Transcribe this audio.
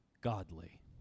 godly